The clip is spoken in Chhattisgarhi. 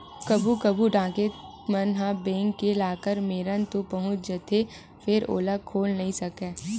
कभू कभू डकैत मन ह बेंक के लाकर मेरन तो पहुंच जाथे फेर ओला खोल नइ सकय